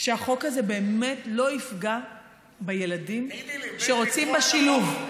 שהחוק הזה באמת לא יפגע בילדים שרוצים בשילוב.